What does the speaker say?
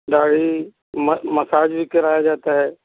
दाढ़ी म मसाज भी कराया जाता है